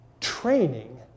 training